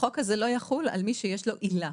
החוק הזה לא יחול על מי שיש לו עילה.